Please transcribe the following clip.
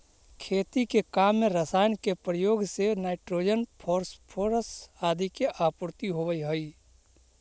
खेती के काम में रसायन के प्रयोग से नाइट्रोजन, फॉस्फोरस आदि के आपूर्ति होवऽ हई